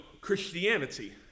Christianity